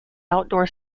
outdoor